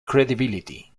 credibility